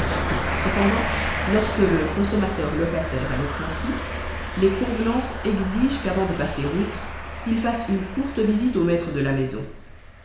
cependant lorsque le consommateur locataire a des principes les convenances exigent qu'avant de passer outre il fasse une courte visite au maître de la maison